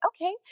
Okay